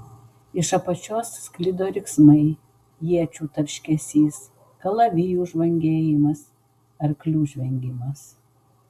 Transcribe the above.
iš apačios sklido riksmai iečių tarškesys kalavijų žvangėjimas arklių žvengimas